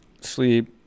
sleep